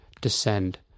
descend